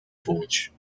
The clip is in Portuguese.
ponte